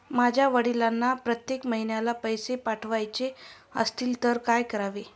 माझ्या वडिलांना प्रत्येक महिन्याला पैसे पाठवायचे असतील तर काय करावे?